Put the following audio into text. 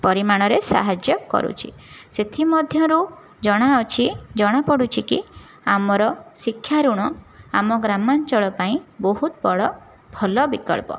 ପରିମାଣରେ ସାହାଯ୍ୟ କରୁଛି ସେଥିମଧ୍ୟରୁ ଜଣା ଅଛି ଜଣା ପଡ଼ୁଛିକି ଆମର ଶିକ୍ଷା ଋଣ ଆମ ଗ୍ରାମାଞ୍ଚଳ ପାଇଁ ବହୁତ ବଡ଼ ଭଲ ବିକଳ୍ପ